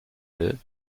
will